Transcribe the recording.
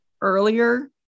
earlier